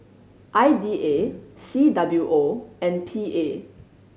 I D A C W O and P A